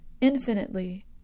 infinitely